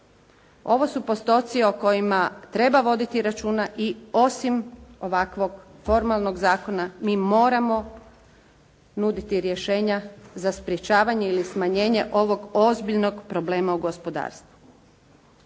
Ovo su postoci o kojima treba voditi računa i osim ovakvog formalnog zakona mi moramo nuditi rješenja za sprječavanje ili smanjenje ovog ozbiljnog problema u gospodarstvu.